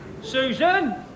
Susan